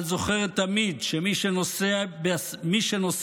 אבל זוכרת תמיד שמי שנושא בסמכות,